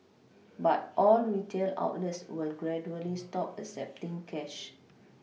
but all retail outlets will gradually stop accepting cash